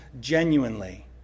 genuinely